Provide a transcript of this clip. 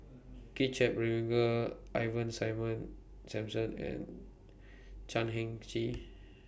Kit Chan Ivan Simon Simson and Chan Heng Chee